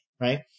right